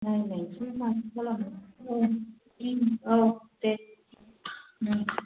नायनायनोसै माथो खालामनो औ औ दे उम